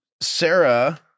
Sarah